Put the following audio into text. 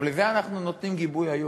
לזה אנחנו נותנים היום גיבוי.